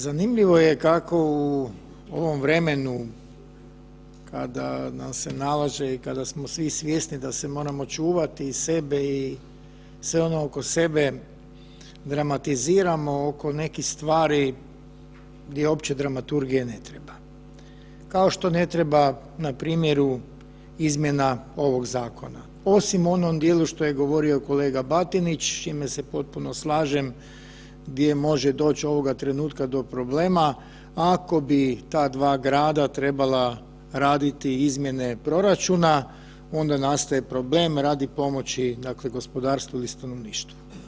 Zanimljivo je kako u ovom vremenu kada nam se nalaže i kada smo svi svjesni da se moramo čuvati i sebe i sve ono oko sebe dramatiziramo oko nekih stvari gdje uopće dramaturgije ne treba, kao što ne treba na primjeru izmjena ovog zakona, osim u onom dijelu što je govorio kolega Batinić, s čime se potpuno slažem, gdje može doć ovoga trenutka do problema ako bi ta dva grada trebala raditi izmjene proračuna onda nastaje problem radi pomoći gospodarstvu ili stanovništvu.